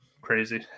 crazy